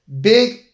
big